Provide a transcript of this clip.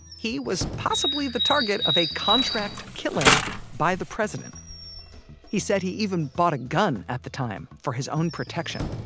he was possibly the target of a contract killing by the president he said he even bought a gun at the time for his own protection